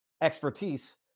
expertise